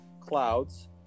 clouds